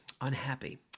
unhappy